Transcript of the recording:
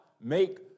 make